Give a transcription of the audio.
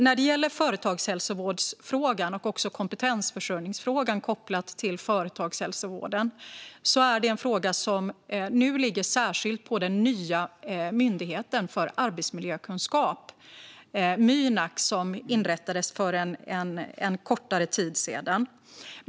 När det gäller företagshälsovårdsfrågan och också kompetensförsörjningsfrågan kopplat till företagshälsovården är det frågor som ligger särskilt på den nya Myndigheten för arbetsmiljökunskap, Mynak, som inrättades för en kortare tid sedan.